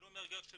זה לא מחקר של